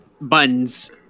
buns